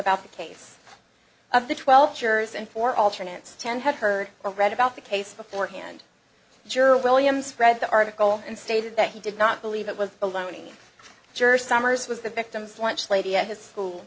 about the case of the twelve jurors and four alternates ten had heard or read about the case beforehand juror williams read the article and stated that he did not believe it was alone in new jersey summers was the victim's lunch lady at his school